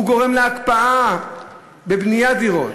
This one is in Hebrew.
הוא גורם להקפאה בבניית דירות,